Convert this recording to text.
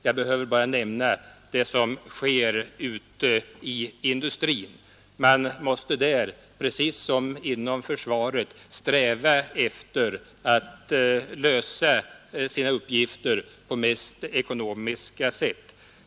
Jag behöver bara nämna vad som sker inom industrin. Där måste man precis som inom försvaret sträva efter att lösa sina uppgifter på mest ekonomiska sätt.